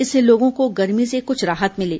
इससे लोगों को गर्मी से कुछ राहत मिली